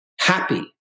Happy